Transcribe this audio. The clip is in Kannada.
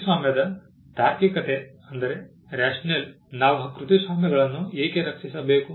ಕೃತಿಸ್ವಾಮ್ಯದ ತಾರ್ಕಿಕತೆ ನಾವು ಕೃತಿಸ್ವಾಮ್ಯಗಳನ್ನು ಏಕೆ ರಕ್ಷಿಸಬೇಕು